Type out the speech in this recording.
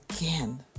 again